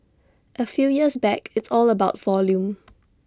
A few years back it's all about volume